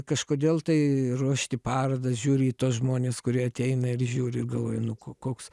kažkodėl tai ruošti parodas žiūri į tuos žmones kurie ateina ir žiūri ir galvoji nu ko koks